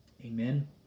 Amen